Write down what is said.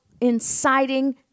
inciting